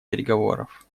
переговоров